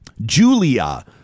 Julia